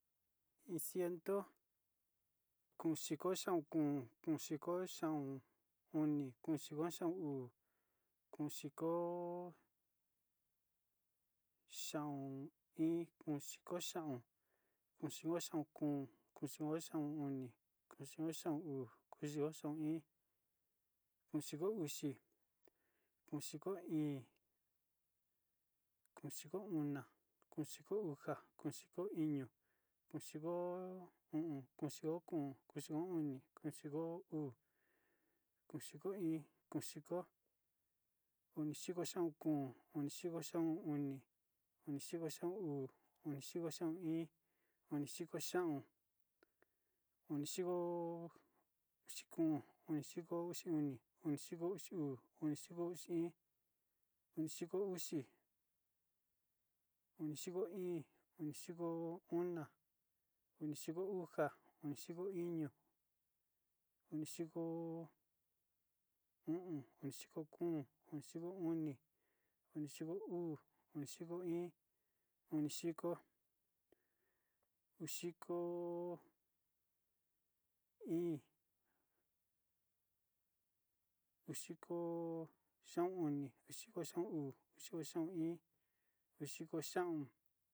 Iin ciento, udiko xaon kóo, udiko xaon oni, udiko xaon uu, udiko xaon iin, udiko, udiko xaon uu, udiko xaon oni, udiko xaon uu, udiko xaon iin, udiko uxi, udiko íí, udiko ona, udiko uxa, udiko iño, udiko o'ón, udiko kóo, udiko oni, udiko, uu, udiko iin, udiko, komidiko xaon kóo, komidiko xaon oni, komidiko xaon uu, komidiko xaon iin, komidiko xaon, onidiko uxi kóo, onidiko uxi oni onidiko uxi uu, onidiko uxi iin, unidiko uxi, onidiko íín, onidiko ona, onidiko uxa, onidiko iño, onidiko o'ón, onidiko kóo, onidiko oni, onidiko uu, onidiko iin, udiko xaon oni, udiko xaon uu, udiko xaon iin udiko xaón.